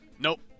nope